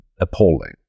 appalling